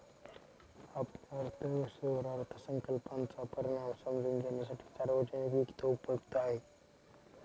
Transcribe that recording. आपल्या अर्थव्यवस्थेवर अर्थसंकल्पाचा परिणाम समजून घेण्यासाठी सार्वजनिक वित्त उपयुक्त आहे